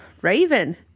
Raven